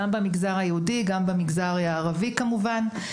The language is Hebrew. במגזר היהודי וכמובן גם במגזר הערבי.